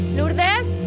Lourdes